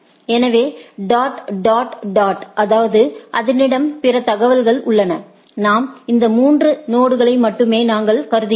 எனவே dot dot dot அதாவது அதனிடம் பிற தகவல்கள் உள்ளன நாம் இந்த மூன்று நொடுகளை மட்டுமே நாங்கள் கருதுகிறோம்